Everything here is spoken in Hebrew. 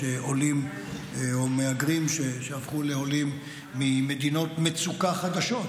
ויש עולים או מהגרים שהפכו לעולים ממדינות מצוקה חדשות,